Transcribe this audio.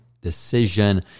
decision